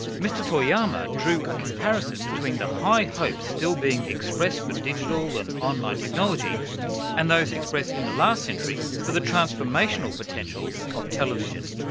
mr toyama drew a comparison between the high hopes still being expressed for digital and online technology and those expressed in the last century for the transformational potential of television.